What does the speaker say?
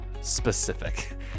Specific